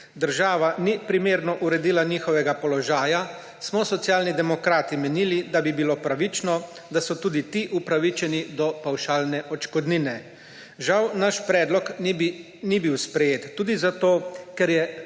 država ni primerno uredila njihovega položaja, smo Socialni demokrati menili, da bi bilo pravično, da so tudi ti upravičeni do pavšalne odškodnine. Žal naš predlog ni bil sprejet, tudi zato, ker je